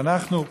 ואנחנו,